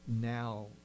now